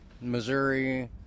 Missouri